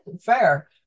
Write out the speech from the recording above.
Fair